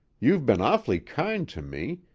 you've been awfully kind to me,